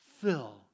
Fill